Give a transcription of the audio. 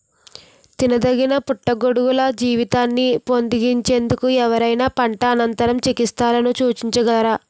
తినదగిన పుట్టగొడుగుల జీవితాన్ని పొడిగించేందుకు ఎవరైనా పంట అనంతర చికిత్సలను సూచించగలరా?